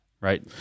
right